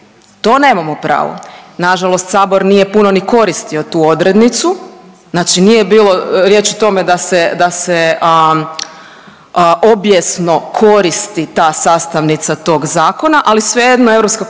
to nemamo pravo. Nažalost, sabor nije puno ni koristio tu odrednicu, znači nije bilo riječi o tome da se, da se obijesno koristi ta sastavnica tog zakona, ali svejedno Europska komisija